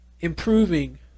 improving